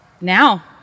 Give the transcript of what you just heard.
now